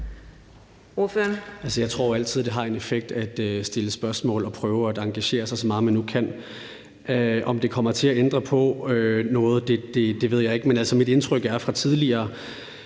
Jeg tror altid, det har en effekt at stille spørgsmål og prøve at engagere sig, så meget man nu kan. Om det kommer til at ændre på noget, ved jeg ikke.